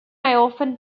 often